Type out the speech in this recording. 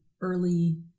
early